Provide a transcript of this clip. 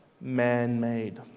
man-made